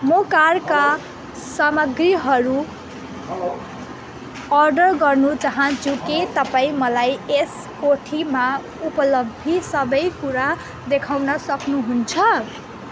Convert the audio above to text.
म कारका सामग्रीहरू अर्डर गर्नु चाहन्छु के तपाईँ मलाई यस कोठीमा उपलब्ध सबै कुरा देखाउन सक्नुहुन्छ